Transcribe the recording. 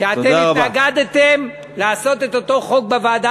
שאתם התנגדתם לעשות את אותו חוק בוועדה